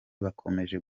bakomeje